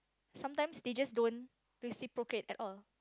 sometimes they just don't reciprocate at all